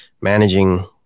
Managing